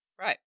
Right